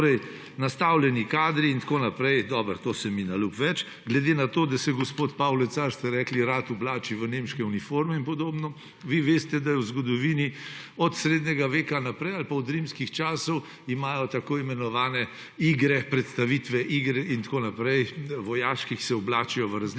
Torej, nastavljeni kadri in tako naprej. Dobro, to se mi ne ljubi več. Glede na to, da se gospod Pavle Car, ste rekli, rad oblači v nemške uniforme in podobno, vi veste, da v zgodovini, od srednjega veka naprej ali pa od rimskih časov, imajo tako imenovane predstavitve, igre in tako naprej, se oblačijo v